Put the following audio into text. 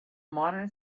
modern